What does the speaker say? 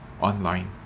online